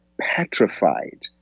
petrified